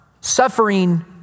suffering